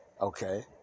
Okay